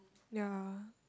ya